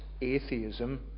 atheism